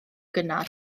gynnar